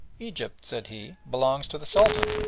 egypt, said he, belongs to the sultan,